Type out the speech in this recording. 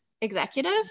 executive